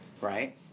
right